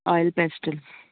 oil pastel